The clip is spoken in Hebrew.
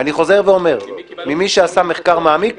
אני חוזר ואומר: ממי שעשה מחקר מעמיק,